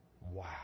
Wow